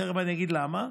תכף אני אגיד למה,